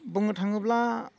बुंनो थाङोब्ला